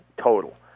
total